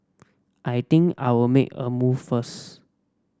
I think I'll make a move first